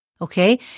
Okay